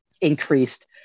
increased